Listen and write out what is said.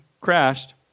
crashed